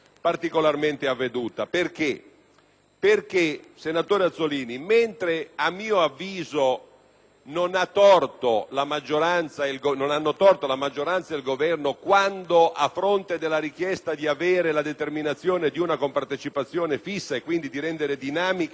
al senatore Azzollini - non hanno torto la maggioranza e il Governo quando, a fronte della richiesta di avere la determinazione di una compartecipazione fissa e quindi rendere dinamico il gettito per i Comuni